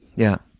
yeah.